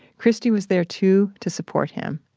christy was there too, to support him.